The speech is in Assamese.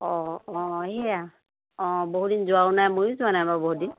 অঁ অঁ এয়া অঁ বহুত দিন যোৱাও নাই ময়ো যোৱা নাই বাৰু বহুত দিন